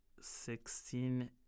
sixteen